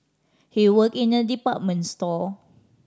he worked in a department store